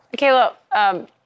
Michaela